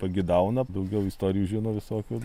pagidauna daugiau istorijų žino visokių